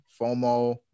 FOMO